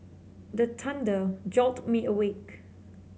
the thunder jolt me awake